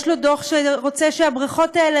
יש לו דוח שרצה שהבריכות האלה,